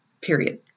period